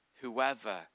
whoever